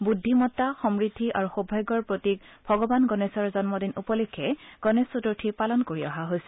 বুদ্ধিমতা সমূদ্ধি আৰু সৌভাগ্যৰ প্ৰতীক ভগৱান গণেশৰ জন্মদিন উপলক্ষে গণেশ চতুৰ্থী পালন কৰি অহা হৈছে